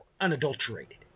unadulterated